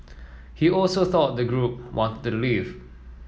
he also thought the group wanted to leave